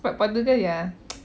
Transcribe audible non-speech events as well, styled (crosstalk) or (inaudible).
but portugal ya (noise)